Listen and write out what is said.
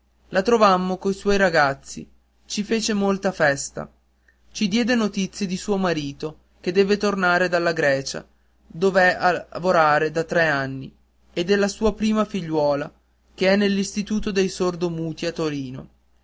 la trovammo coi suoi ragazzi ci fece molta festa ci diede notizie di suo marito che deve tornare dalla grecia dov'è a lavorare da tre anni e della sua prima figliuola che è nell'istituto dei sordomuti a torino